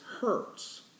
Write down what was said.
hurts